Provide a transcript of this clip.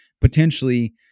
potentially